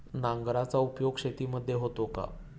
नांगराचा उपयोग शेतीमध्ये होतो का?